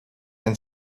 and